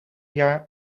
jaar